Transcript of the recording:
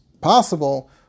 possible